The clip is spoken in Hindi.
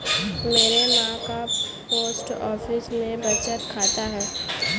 मेरी मां का पोस्ट ऑफिस में बचत खाता है